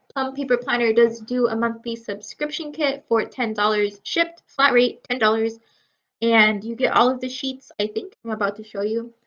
plum paper planner does do a monthly subscription kit for ten dollars shipped flat rate ten dollars and you get all of the sheets i think i'm about to show you.